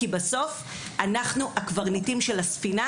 כי בסוף אנחנו הקברניטים של הספינה,